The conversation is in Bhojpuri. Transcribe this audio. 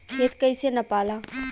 खेत कैसे नपाला?